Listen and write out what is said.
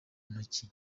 ntoki